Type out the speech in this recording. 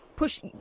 push